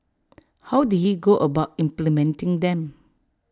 how did he go about implementing them